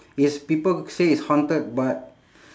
it's people say it's haunted but